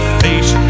face